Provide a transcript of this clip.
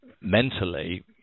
mentally